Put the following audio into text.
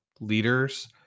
leaders